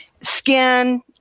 skin